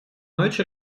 ночь